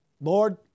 Lord